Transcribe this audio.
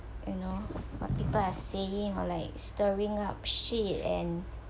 you know what people are saying or like stirring up shit and